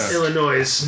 Illinois